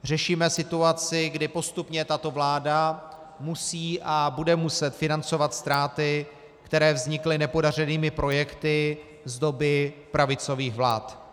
Řešíme situaci, kdy postupně tato vláda musí a bude muset financovat ztráty, které vznikly nepodařenými projekty z doby pravicových vlád.